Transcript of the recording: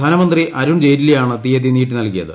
ധനമന്ത്രി അരുൺ ജയ്റ്റലിയാണ് തീയതി നീട്ടി നൽകിയത്